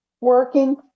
working